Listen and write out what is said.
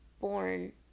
born